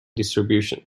distribution